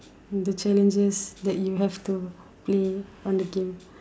the challenges that you have to play on the game